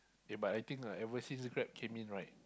eh but I think ah ever since Grab came in right